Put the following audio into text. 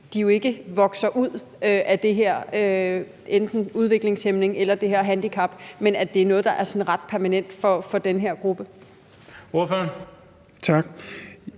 de jo ikke vokser ud af den her enten udviklingshæmning eller det her handicap, men at det er noget, der er sådan ret permanent for den her gruppe? Kl.